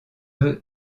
vœux